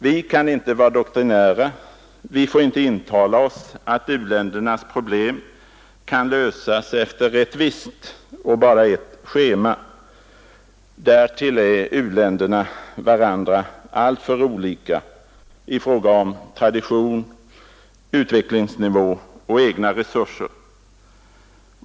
Vi kan inte vara doktrinära, vi får inte intala oss att u-ländernas problem kan lösas bara efter ett visst schema — därtill är u-länderna varandra alltför olika i fråga om tradition, utvecklingsnivå och egna resurser.